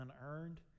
unearned